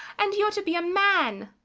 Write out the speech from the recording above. and you're to be a man!